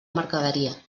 mercaderia